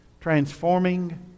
transforming